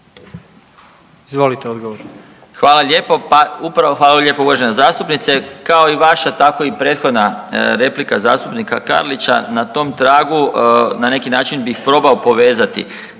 **Marić, Zdravko** Hvala lijepo. Pa upravo, hvala vam lijepo uvažena zastupnice, kao i vaša tako i prethodna replika zastupnika Karlića na tom tragu na neki način bih probao povezati.